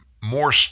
more